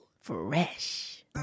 Fresh